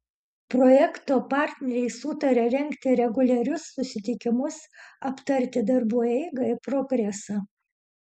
projekto partneriai sutarė rengti reguliarius susitikimus aptarti darbų eigą ir progresą